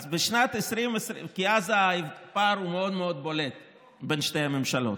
כי הפער מאוד מאוד בולט בין שתי הממשלות.